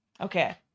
Okay